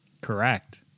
Correct